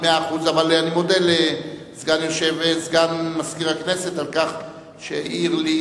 אבל אני מודה לסגן מזכיר הכנסת על כך שהעיר לי,